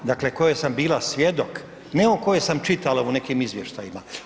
Dakle, koja sam bila svjedok, ne o kojoj sam čitala u nekim izvještajima.